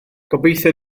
gobeithio